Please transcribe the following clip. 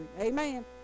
Amen